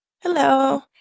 Hello